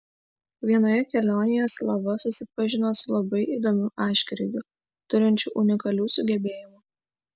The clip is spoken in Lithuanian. vienoje kelionėje slava susipažino su labai įdomiu aiškiaregiu turinčiu unikalių sugebėjimų